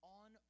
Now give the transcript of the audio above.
on